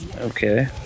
Okay